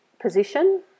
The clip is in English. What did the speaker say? position